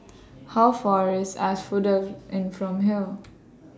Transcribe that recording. How Far away IS Asphodel Inn from here